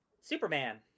Superman